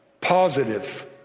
positive